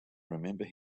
remember